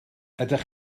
ydych